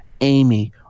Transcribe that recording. Amy